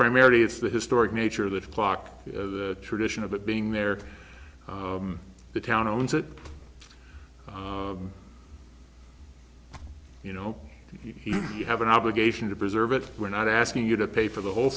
primarily it's the historic nature of that clock the tradition of it being there the town owns it you know he you have an obligation to preserve it we're not asking you to pay for the whole